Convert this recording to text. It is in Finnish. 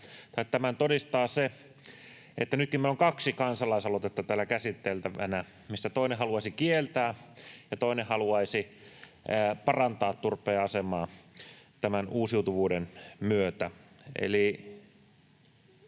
tämän todistaa se, että nytkin meillä on kaksi kansalaisaloitetta täällä käsiteltävänä, joista toinen haluaisi kieltää ja toinen haluaisi parantaa turpeen asemaa tämän uusiutuvuuden myötä.